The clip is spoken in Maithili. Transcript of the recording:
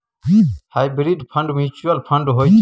हाइब्रिड फंड म्युचुअल फंड होइ छै